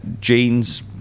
jeans